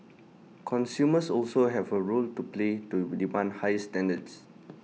consumers also have A role to play to demand higher standards